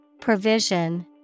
Provision